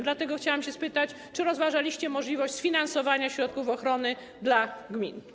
Dlatego chciałam spytać, czy rozważaliście możliwość sfinansowania środków ochrony dla gmin.